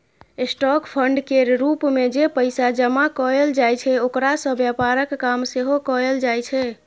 stock fund केर रूप मे जे पैसा जमा कएल जाइ छै ओकरा सँ व्यापारक काम सेहो कएल जाइ छै